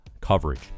coverage